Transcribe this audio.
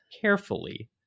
carefully